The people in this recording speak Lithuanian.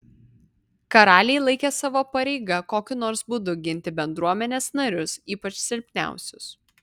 karaliai laikė savo pareiga kokiu nors būdu ginti bendruomenės narius ypač silpniausius